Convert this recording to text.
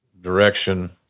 direction